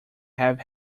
have